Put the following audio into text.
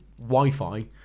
wi-fi